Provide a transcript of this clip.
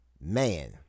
man